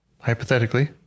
hypothetically